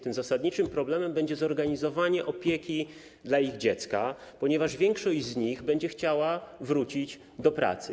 Tym zasadniczym problemem będzie zorganizowanie opieki dla ich dziecka, ponieważ większość z nich będzie chciała wrócić do pracy.